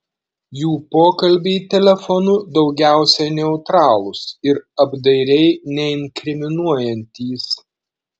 jų pokalbiai telefonu daugiausiai neutralūs ir apdairiai neinkriminuojantys